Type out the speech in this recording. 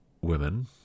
women